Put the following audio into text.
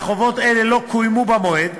וחובות אלה לא קוימו במועד,